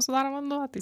sudaro vanduo tai